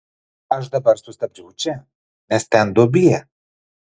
aš dabar sustabdžiau čia nes ten duobė